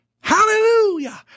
Hallelujah